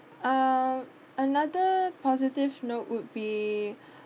um another positive note would be